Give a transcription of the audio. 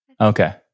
Okay